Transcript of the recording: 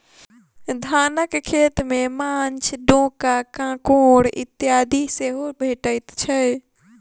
धानक खेत मे माँछ, डोका, काँकोड़ इत्यादि सेहो भेटैत छै